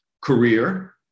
Career